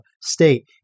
state